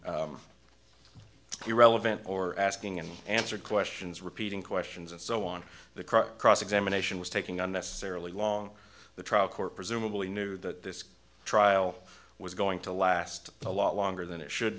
irrelevant or asking and answered questions repeating questions and so on the crime cross examination was taking unnecessarily long the trial court presumably knew that this trial was going to last a lot longer than it should